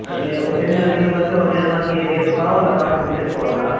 అలాగే ఒక టెన్ టెన్కి వస్తే ఓకేనా మనకి రేపు కావాలి కార్ బుక్ చేసుకోవాలి